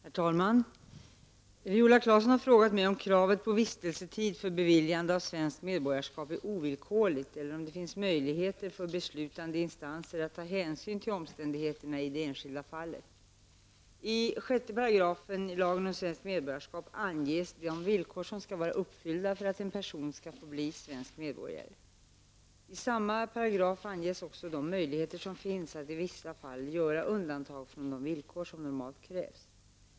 Herr talman! Viola Claesson har frågat mig om kravet på vistelsetid för beviljande av svenskt medborgarskap är ovillkorligt eller om det finns möjlighet för beslutande instanser att ta hänstyn till omständigheterna i det enskilda fallet. I samma paragraf anges också de möjligheter som finns att i vissa fall göra undantag från de villkor som normalt krävs.